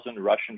Russian